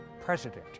president